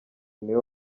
niwe